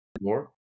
more